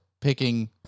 picking